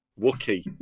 Wookie